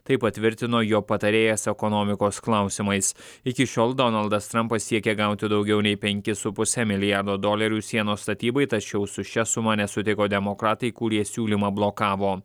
tai patvirtino jo patarėjas ekonomikos klausimais iki šiol donaldas trampas siekė gauti daugiau nei penkis su puse milijardo dolerių sienos statybai tačiau su šia suma nesutiko demokratai kurie siūlymą blokavo